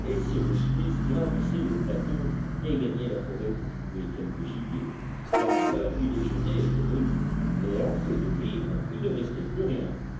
smith gravissaient le plateau et gagnaient la forêt pour tuer quelque gibier car l'heure du déjeuner était venue et en fait de vivres il ne restait plus rien